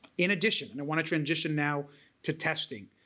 in addition and i want to transition now to testing,